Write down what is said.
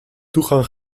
toegang